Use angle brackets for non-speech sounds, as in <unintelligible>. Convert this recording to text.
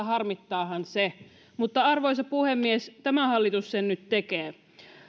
<unintelligible> harmittaahan se arvoisa puhemies tämä hallitus sen nyt tekee